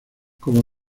como